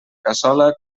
cassola